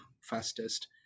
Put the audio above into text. fastest